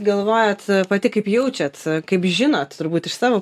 galvojat pati kaip jaučiat kaip žinot turbūt iš savo